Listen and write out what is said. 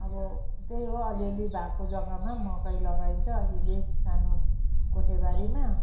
अब त्यही अलि अलि भएको जगामा मकै लगाइन्छ अलि अलि सानो कोठेबारीमा